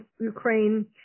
Ukraine